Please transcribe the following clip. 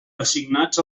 assignats